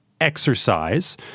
exercise